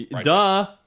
Duh